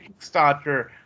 Kickstarter